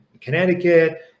Connecticut